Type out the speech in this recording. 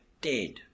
dead